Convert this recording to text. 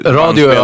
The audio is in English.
radio